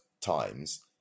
times